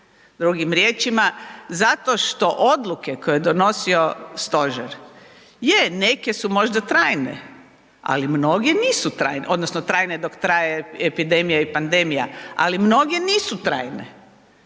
Drugim riječima, zato što odluke koje je donosio stožer, je neke su možda trajne, ali mnoge nisu trajne odnosno trajne dok traje epidemija i pandemija, ali mnoge nisu trajne,